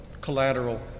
collateral